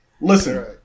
Listen